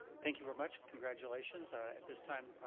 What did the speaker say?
thank you very much. congratulations. at this time,